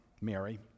Mary